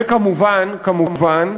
וכמובן, כמובן,